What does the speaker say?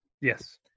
Yes